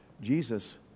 Jesus